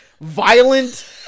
violent